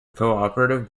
cooperative